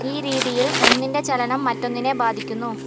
ഈ രീതിയിൽ ഒന്നിന്റെ ചലനം മറ്റൊന്നിനെ ബാധിക്കുന്നു